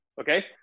okay